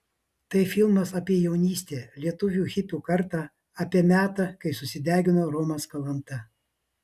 tai filmas apie jaunystę lietuvių hipių kartą apie metą kai susidegino romas kalanta